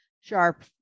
sharp